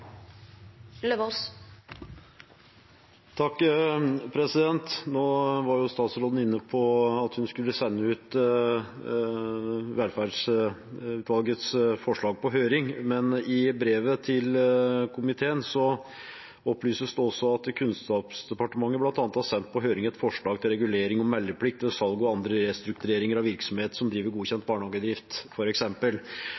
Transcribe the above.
var inne på at hun skulle sende ut velferdstjenesteutvalgets forslag på høring, men i brevet til komiteen opplyses det også om at Kunnskapsdepartementet bl.a. har sendt på høring et forslag til regulering om meldeplikt ved salg og andre restruktureringer av virksomhet som driver